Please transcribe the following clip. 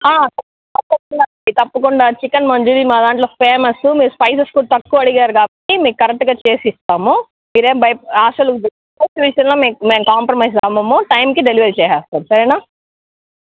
తప్పకుండా అండి తప్పకుండా చికెన్ మంచూరియ మా దాంట్లో ఫేమస్ మీరు స్పైసెస్ కూడా తక్కువ అడిగారు కాబట్టి మీకు కరెక్ట్గా చేసి ఇస్తాము మీరు ఏం భయ అసలు టేస్ట్ విషయంలో మేము కాంప్రమైజ్ అవ్వము టైంకి డెలివరీ చేసేస్తాము సరేనా